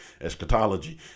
eschatology